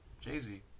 Jay-Z